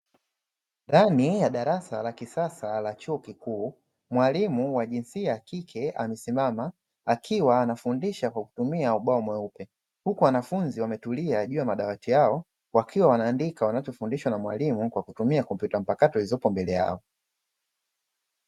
Ndani ya darasa la kisasa la chuo kikuu, mwalmu wa jinsia ya kike amesimama akiwa anafundisha kwa kutumia ubao mweupe, huku wanafunzi wametulia juu ya madawati yao wakiwa wanaandika wanachofundishwa na mwalimu kwa kutumia kompyuta mpakato zilizopo mbele yao.